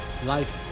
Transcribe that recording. Life